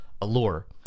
allure